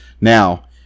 Now